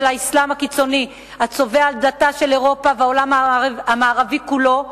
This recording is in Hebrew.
האסלאם הקיצוני הצובא על דלתה של אירופה והעולם המערבי כולו,